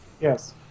Yes